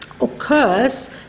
occurs